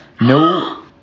No